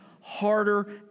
harder